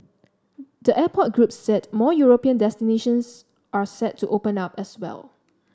the airport group said more European destinations are set to open up as well